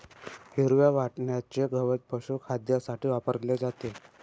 हिरव्या वाटण्याचे गवत पशुखाद्यासाठी वापरले जाते